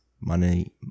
Money